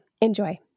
Enjoy